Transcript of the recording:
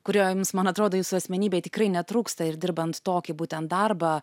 kurio jums man atrodo jūsų asmenybei tikrai netrūksta ir dirbant tokį būtent darbą